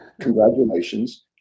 congratulations